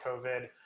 COVID